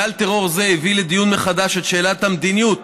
גל טרור זה הביא לדיון מחדש את שאלת המדיניות